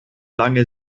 lange